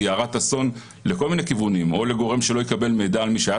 היא הרת אסון לכל מיני כיוונים או לגורם שלא יקבל מידע על מי שהיה